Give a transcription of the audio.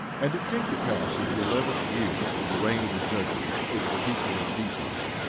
and it came to pass in the eleventh year of the reign of the judges over the people of nephi,